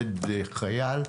חייל,